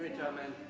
chairman.